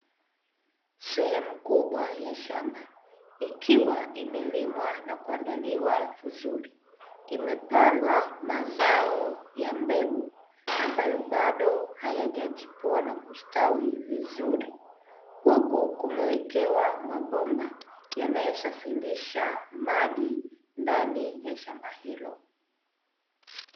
Sehemu kubwa ya shamba ikiwa imelimwa na kuandaliwa vizuri imepandwa mazao ya mbegu ambayo bado hayajachipua na kustawi vzuri, huku kumewekewa mabomba yanayosafirisha maji ndani ya shamba hilo.